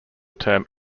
term